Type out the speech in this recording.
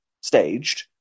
staged